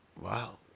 wow